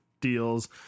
deals